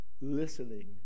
listening